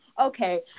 Okay